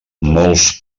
molts